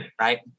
Right